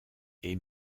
est